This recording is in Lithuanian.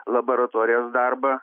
laboratorijos darbą